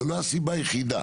זו לא הסיבה היחידה.